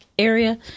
Area